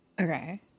Okay